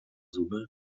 summe